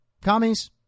commies